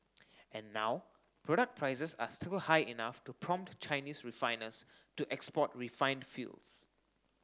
and now product prices are still high enough to prompt Chinese refiners to export refined fuels